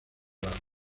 las